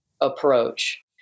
approach